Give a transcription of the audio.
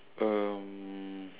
um